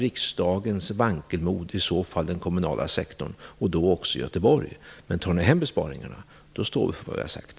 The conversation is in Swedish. Riksdagens vankelmod drabbar i så fall den kommunala sektorn, och då också Göteborg. Men om besparingarna tas hem, då står vi för vad vi har sagt.